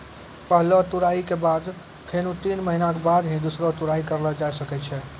पहलो तुड़ाई के बाद फेनू तीन महीना के बाद ही दूसरो तुड़ाई करलो जाय ल सकै छो